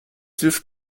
hilft